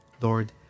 Lord